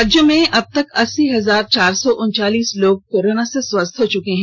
राज्य में अब तक अस्सी हजार चार सौ उनचालीस लोग कोरोना से स्वस्थ हो चुके है